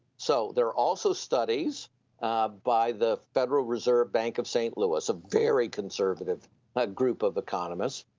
so there are also studies by the federal reserve bank of st. louis, a very conservative ah group of economists,